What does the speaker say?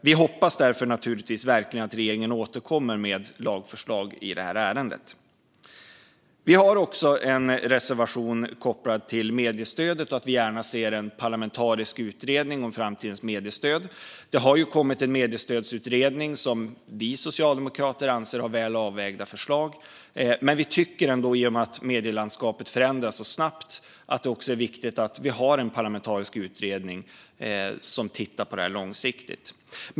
Vi hoppas givetvis att regeringen återkommer med lagförslag i ärendet. Vi har också en reservation kopplat till mediestödet. Vi ser gärna en parlamentarisk utredning om framtidens mediestöd. Det har kommit en mediestödsutredning, som vi socialdemokrater anser har väl avvägda förslag. Men i och med att medielandskapet förändras så snabbt är det också viktigt att en parlamentarisk utredning tittar på detta långsiktigt.